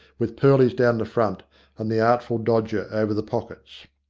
with pearlies down the front and the artful dodge over the pockets.